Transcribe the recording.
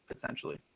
potentially